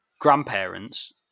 grandparents